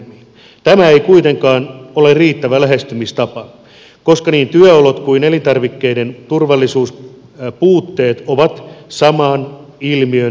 tämä ei kuitenkaan ole riittävä lähestymistapa koska niin työolot kuin elintarvikkeiden turvallisuuspuutteet ovat saman ilmiön eri puolia